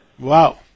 Wow